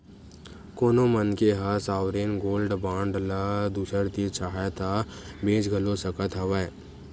कोनो मनखे ह सॉवरेन गोल्ड बांड ल दूसर तीर चाहय ता बेंच घलो सकत हवय